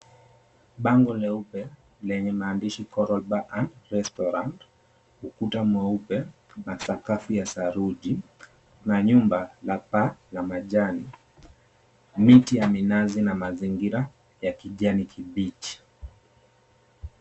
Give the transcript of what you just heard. Bango mweupe lenye maandishi Coral Bar and Restaurant. Ukuta mweupe na sakafu ya saruji na nyumba na paa na majani miti ya minazi na mazingira ya kijani kibichi.